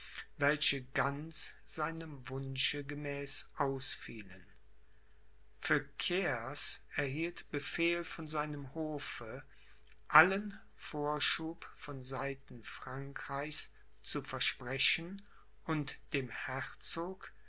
welche ganz seinem wunsche gemäß ausfielen feuquieres erhielt befehl von seinem hofe allen vorschub von seiten frankreichs zu versprechen und dem herzog